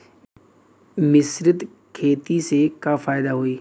मिश्रित खेती से का फायदा होई?